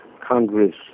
Congress